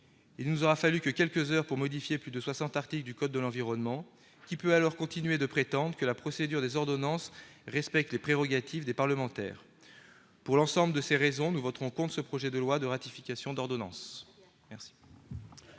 ne nous aura fallu que quelques heures pour modifier plus de soixante articles du code de l'environnement. Qui peut dès lors encore prétendre que la procédure des ordonnances respecte les prérogatives des parlementaires ? Pour l'ensemble de ces raisons, nous voterons contre ce projet de loi de ratification. Personne